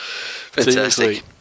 fantastic